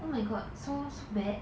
oh my god so so bad